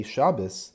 Shabbos